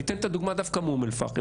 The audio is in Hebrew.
אני אתן את הדוגמה דווקא מאום-אל-פאחם.